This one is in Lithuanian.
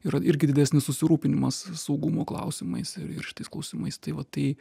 yra irgi didesnis susirūpinimas saugumo klausimais ir šitais klausimais tai va tai